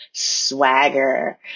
swagger